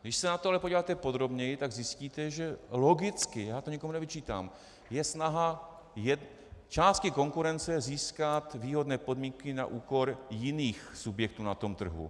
Když se na to ale podíváte podrobněji, tak zjistíte, že logicky, já to nikomu nevyčítám je snaha části konkurence získat výhodné podmínky na úkor jiných subjektů na trhu.